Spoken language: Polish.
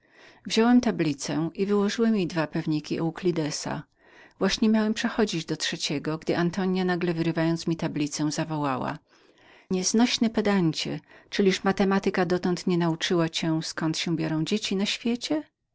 wziąłem tablicę i wyłożyłem jej dwa zagadnienia euklidesa właśnie miałem przechodzić do trzeciego gdy antonia nagle wyrywając mi tablicę zawołała nioznośnynieznośny pedancie czyliż matematyka dotąd nie nauczyła cię jakim sposobem stworzenia boskie kochają się na świecie